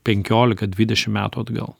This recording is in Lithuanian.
penkiolika dvidešim metų atgal